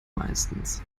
meistens